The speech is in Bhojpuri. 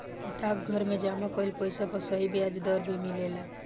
डाकघर में जमा कइल पइसा पर सही ब्याज दर भी मिलेला